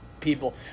people